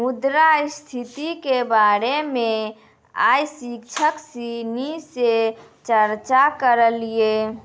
मुद्रा स्थिति के बारे मे आइ शिक्षक सिनी से चर्चा करलिए